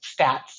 stats